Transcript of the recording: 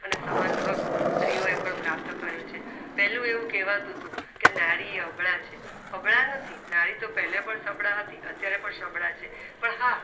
અને સમાન હક્ક સ્ત્રીઓએ પણ પ્રાપ્ત કર્યો છે પેલા એવું કહેવાતું તું કે નારી અબળા છે અબળા નથી નારી તો પહેલાં પણ સબળા હતી અત્યારે પણ સબળા છે પણ હા